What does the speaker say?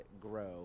grow